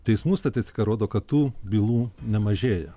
teismų statistika rodo kad tų bylų nemažėja